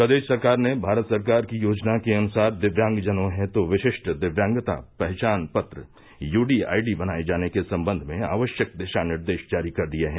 प्रदेश सरकार ने भारत सरकार की योजना के अनुसार दिव्यांगजनों हेत् विशिष्ट दिव्यांगता पहचान पत्र यूडीआईडी बनाये जाने के संबंध में आवश्यक दिशा निर्देश जारी कर दिये हैं